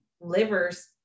livers